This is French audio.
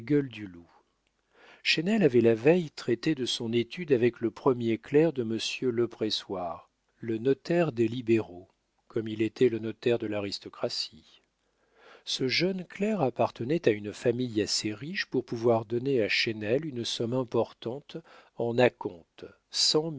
du loup chesnel avait la veille traité de son étude avec le premier clerc de monsieur lepressoir le notaire des libéraux comme il était le notaire de l'aristocratie ce jeune clerc appartenait à une famille assez riche pour pouvoir donner à chesnel une somme importante en à-compte